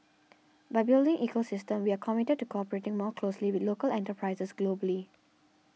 by building ecosystem we are committed to cooperating more closely with local enterprises globally